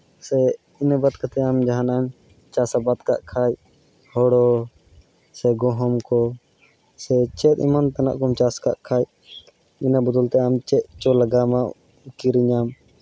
ᱥᱮ ᱤᱱᱟᱹ ᱵᱟᱫ ᱠᱟᱛᱮ ᱟᱢ ᱡᱟᱦᱟᱱᱟᱢ ᱪᱟᱥ ᱟᱵᱟᱫ ᱠᱟᱜ ᱠᱷᱟᱡ ᱦᱳᱲᱳ ᱥᱮ ᱜᱚᱦᱩᱢ ᱠᱚ ᱥᱮ ᱪᱮᱫ ᱮᱢ ᱮᱢᱟᱱ ᱛᱮᱱᱟᱜ ᱠᱚᱢ ᱪᱟᱥ ᱠᱟᱜ ᱠᱷᱟᱡ ᱤᱱᱟᱹ ᱵᱚᱫᱚᱞᱛᱮ ᱟᱢ ᱪᱮᱫ ᱪᱚ ᱞᱟᱜᱟᱣᱢᱟ ᱠᱤᱨᱤᱧᱟᱢ